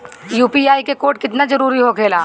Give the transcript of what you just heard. UPI code केतना जरुरी होखेला?